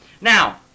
Now